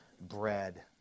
bread